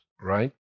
right